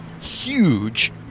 huge